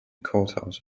courthouse